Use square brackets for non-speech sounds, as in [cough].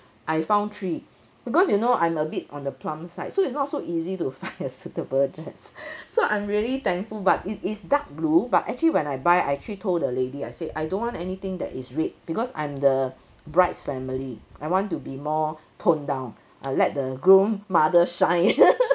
I found three because you know I'm a bit on the plump side so it's not so easy to find a suitable dress [breath] so I'm really thankful but it is dark blue but actually when I buy I actually told the lady I said I don't want anything that is red because I'm the bride's family I want to be more toned down uh let the groom mother shine [laughs]